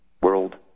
world